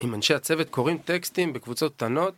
אם אנשי הצוות קוראים טקסטים בקבוצות קטנות